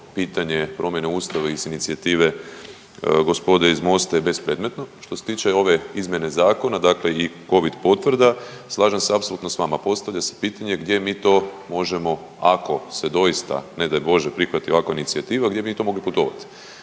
pitanje promjene ustava iz inicijative gospode iz Mosta je bespredmetno. Što se tiče ove izmjene zakona, dakle i covid potvrda, slažem se apsolutno s vama. Postavlja se pitanje gdje mi to možemo ako se doista ne daj Bože prihvati ovakva inicijativa, gdje bi mi to mogli putovati.